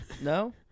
No